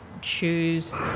choose